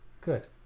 Good